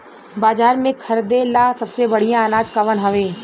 बाजार में खरदे ला सबसे बढ़ियां अनाज कवन हवे?